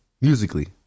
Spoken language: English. Musically